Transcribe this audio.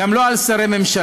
גם לא על שרי הממשלה.